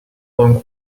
long